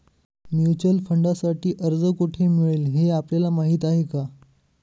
Mutual फंडांसाठी अर्ज कोठे मिळेल हे आपल्याला माहीत आहे का?